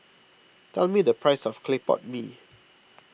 tell me the price of Clay Pot Mee